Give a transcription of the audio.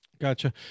Gotcha